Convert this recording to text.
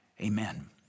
amen